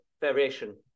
variation